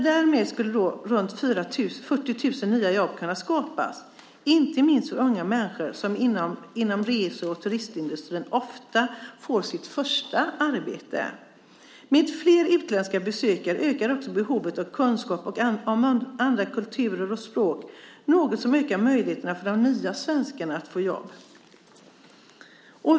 Därmed skulle ca 40 000 nya jobb skapas, inte minst för unga människor som inom rese och turistindustrin ofta får sitt första arbete. Med flera utländska besökare ökar också behovet av kunskap om andra kulturer och språk. Det är något som ökar möjligheterna för de nya svenskarna att få jobb.